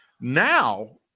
Now